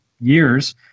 years